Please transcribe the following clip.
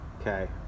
Okay